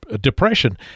depression